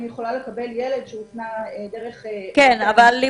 יכולה לקבל ילד שהופנה דרך --- לימור,